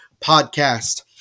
podcast